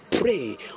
pray